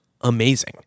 amazing